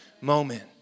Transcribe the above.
moment